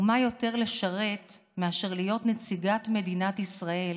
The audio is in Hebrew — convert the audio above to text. ומה יותר "לשרת" מאשר להיות נציגת מדינת ישראל